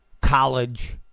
college